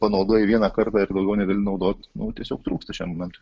panaudojai vieną kartą ir daugiau negali naudot nu tiesiog trūksta šiam momentui